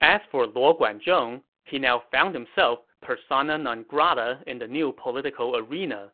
as for luo guanzhong, he now found himself persona non grata in the new political arena.